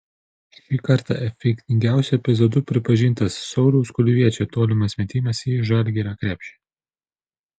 šį kartą efektingiausiu epizodu pripažintas sauliaus kulviečio tolimas metimas į žalgirio krepšį